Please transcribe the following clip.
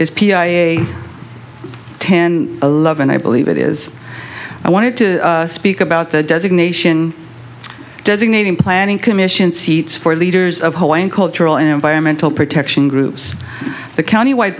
is p i a ten eleven i believe it is i wanted to speak about the designation designating planning commission seats for leaders of hawaiian cultural and environmental protection groups the county w